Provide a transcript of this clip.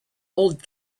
old